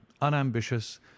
unambitious